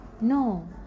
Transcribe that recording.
no